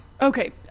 okay